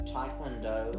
Taekwondo